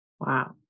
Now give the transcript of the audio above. Wow